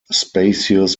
spacious